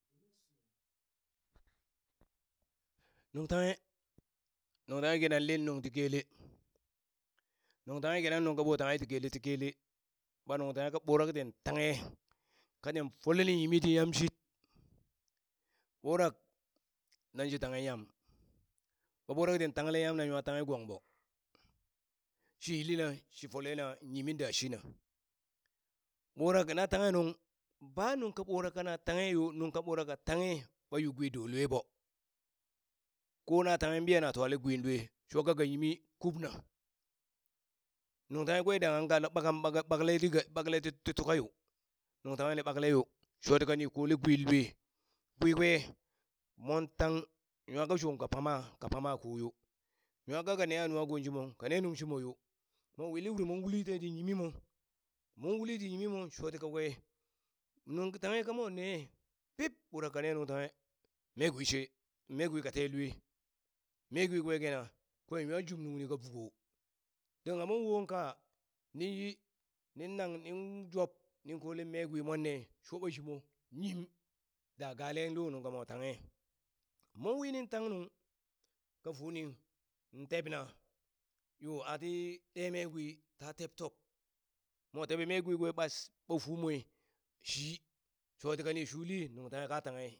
nung tanghe nuŋ tanghe kinaŋ lin nuŋ ti kele nuŋ tanghe kina nuŋka ɓo tanghe ti kele ti kele, ɓa nungtanghe ka ɓurak tin tanghe, katin foleni yimiti yamshit ɓurak naŋshi tanghe nyam ɓa ɓurak tin tangle nyamna nwa tanghe gong ɓo shi yillina shi folena yimi da shina ɓurak na tanghe nuŋ ba nungka ɓurak kana tanghe yo nuŋ ka ɓurak ka tanghe ɓa yu gwi do lue ɓo, ko na tanghe ɓiya na twale gwinlue shokaka yimi kubna nuŋ tanghe kwe dangha ka lau ɓakan ɓaka ka ɓaka ɓakle ti g ɓakle ti tukato, nuntanghe ni ɓakleyo shotika ni kole gwin lue, gwi kwe mon tang nwaka shong ka pama ka pama koyo nwakaka neha nuhako shimo kane nuŋ shimoyo, mo wili uri mon uli teti yimimo, mon uli ti yimimo shoti kakwe nuŋ tanghe kamo ne pip ɓurak ka ne nuŋ tanghe megwin she, mee gwi kateloe mee gwike kina kwen nwa juŋnung ni ka voko dangha mon won kaa ninyi nin nang nin job nin kolen me gwi monne shoɓa shimo nyim da gale lo nunka mo tanghe mon wi nin tang nung ka funi tebna yo ati de mee gwi ta teb top mo teɓe me gwi kwe ɓa sh ɓa fumoe shi shoti kani shuli nuŋ tanghe.